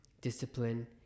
discipline